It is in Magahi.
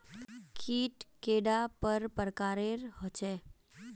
कीट कैडा पर प्रकारेर होचे?